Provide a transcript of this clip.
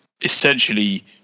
essentially